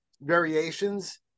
variations